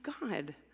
God